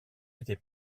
était